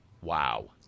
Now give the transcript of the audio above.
Wow